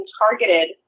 targeted